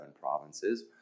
provinces